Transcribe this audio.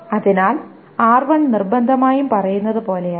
അതിനാൽ R1 നിർബന്ധമായും പറയുന്നത് പോലെയാണ്